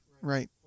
right